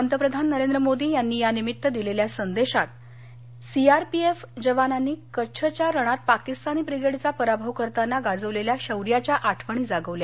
पंतप्रधान नरेंद्र मोदी यांनी या निमित्त दिलेल्या संदेशात सीआरपीएफ जवानांनी कच्छच्या रणात पाकीस्तानी ब्रिगेडचा पराभव करताना गाजवलेल्या शौर्याच्या आठवणी जागवल्या